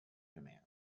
commands